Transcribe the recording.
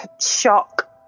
shock